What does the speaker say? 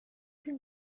can